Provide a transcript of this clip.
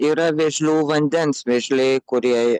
yra vėžlių vandens vėžliai kurie